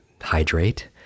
Hydrate